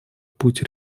путь